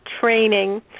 training